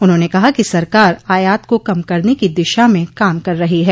उन्होंने कहा कि सरकार आयात को कम करने की दिशा में काम कर रही है